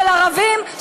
של ערבים,